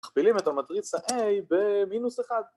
‫מכפילים את המטריצה A במינוס 1.